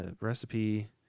Recipe